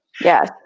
Yes